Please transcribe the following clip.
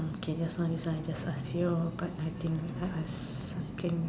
okay just now this one I just ask you but I think if I ask something